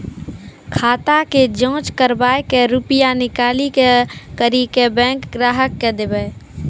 खाता के जाँच करेब के रुपिया निकैलक करऽ बैंक ग्राहक के देब?